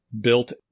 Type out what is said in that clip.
built